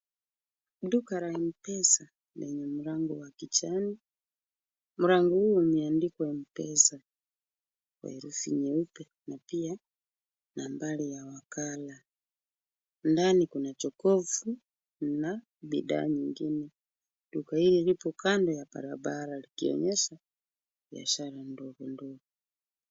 Duka la M-Pesa lenye mlango wa kijani. Mlango huo umeandikwa M-Pesa kwa herufi nyeupe na pia nambari ya wakala. Ndani kuna jokovu na bidhaa nyingine. Duka hili lipo kando ya barabara likionyesha biashara ndogo ndogo.